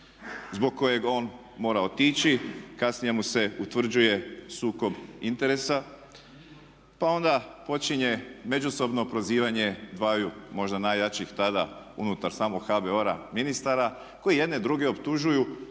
zbog kojeg on mora otići, kasnije mu se utvrđuje sukob interesa, pa onda počinje međusobno prozivanje dvaju možda najjačih tada unutar samog HBOR-a ministara koji jedni druge optužuju